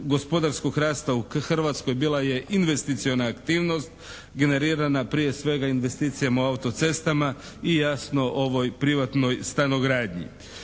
gospodarskog rasta u Hrvatskoj bila je investiciona aktivnost generirana prije svega investicijama u auto-cestama i jasno ovoj privatnoj stanogradnji.